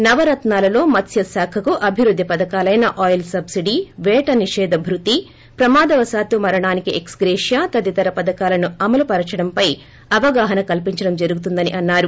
నవరత్నాలలో మత్స్య శాఖకు అభివృద్ది పధకాలైన ఆయిల్ సబ్సిడీ వేట నిషేధ భృతి ప్రమాదవశాత్తు మరణానికి ఎక్క గ్రేషియా తదితర పథకాలను అమలు పరుచటంపై అవగాహన కల్పించడం జరుతుందని అన్నారు